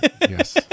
yes